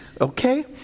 okay